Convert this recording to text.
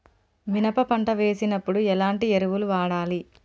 మినప పంట వేసినప్పుడు ఎలాంటి ఎరువులు వాడాలి?